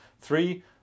Three